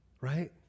Right